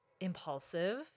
impulsive